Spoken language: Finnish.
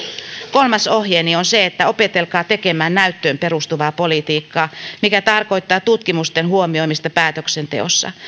kolmas ohjeeni on se että opetelkaa tekemään näyttöön perustuvaa politiikkaa mikä tarkoittaa tutkimusten huomioimista päätöksenteossa